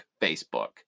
Facebook